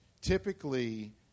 typically